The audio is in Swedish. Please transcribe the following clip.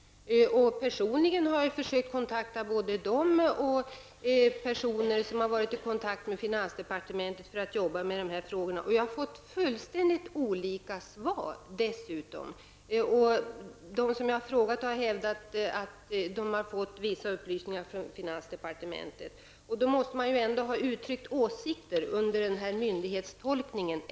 Jag har personligen försökt kontakta både dessa skattechefer och personer som varit i kontakt med finansdepartementet för att kunna arbeta med dessa frågor. Jag har dessutom fått helt olika svar. De som jag frågat har hävdat att de fått vissa upplysningar från finansdepartementet. Då måste ändå finansdepartementet ha uttryckt åsikter om myndigheternas tolkning.